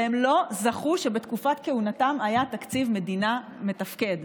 והם לא זכו שבתקופת כהונתם יהיה תקציב מדינה מתפקד.